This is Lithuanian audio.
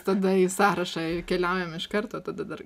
tada į sąrašą keliaujam iš karto tada dar